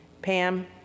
Pam